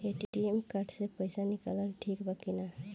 ATM card से पईसा निकालल ठीक बा की ना?